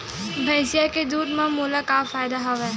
भैंसिया के दूध म मोला का फ़ायदा हवय?